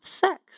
sex